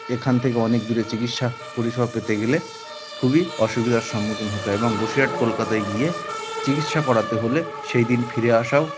এখান থেকে অনেক দূরে চিকিৎসা পরিষেবা পেতে গেলে খুবই অসুবিধার সম্মুখীন হতে হয় এবং বসিরহাট কলকাতায় গিয়ে চিকিৎসা করাতে হলে সেই দিন ফিরে আসাও